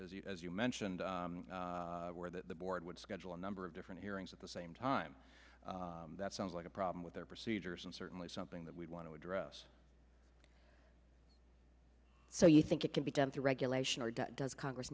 example as you mentioned where the board would schedule a number of different hearings at the same time that sounds like a problem with their procedures and certainly something that we want to address so you think it can be done through regulation or does congress